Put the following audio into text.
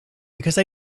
because